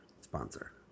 sponsor